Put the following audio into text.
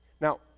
Now